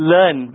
Learn